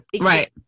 Right